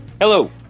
Hello